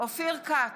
אופיר כץ,